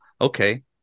okay